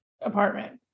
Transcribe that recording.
apartment